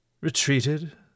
Retreated